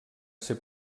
ser